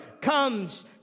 comes